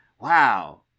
wow